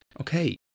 okay